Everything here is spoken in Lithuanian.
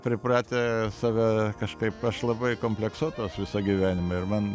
pripratę save kažkaip aš labai kompleksuotas visą gyvenimą ir man